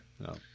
No